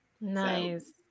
nice